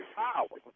power